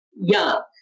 young